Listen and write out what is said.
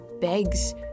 begs